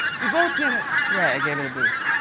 we both did it. right. i gave it a boost.